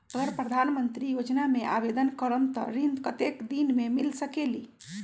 अगर प्रधानमंत्री योजना में आवेदन करम त ऋण कतेक दिन मे मिल सकेली?